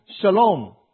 shalom